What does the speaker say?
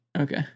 Okay